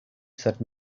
said